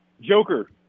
Joker